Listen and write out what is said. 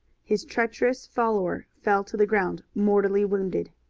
his treacherous follower fell to the ground, mortally wounded.